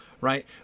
right